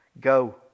go